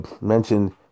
mentioned